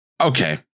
okay